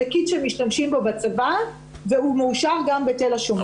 זה קיט שמשתמשים בו בצבא והוא מאושר גם בתל השומר.